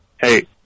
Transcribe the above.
Hey